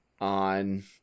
On